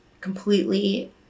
completely